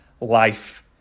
life